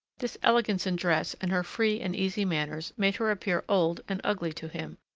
this elegance in dress and her free and easy manners made her appear old and ugly to him,